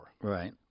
Right